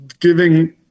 giving